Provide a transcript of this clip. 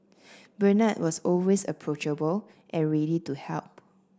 Bernard was always approachable and ready to help